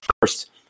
first